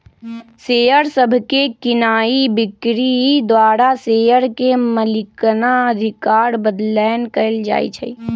share सभके कीनाइ बिक्री द्वारा शेयर के मलिकना अधिकार बदलैंन कएल जाइ छइ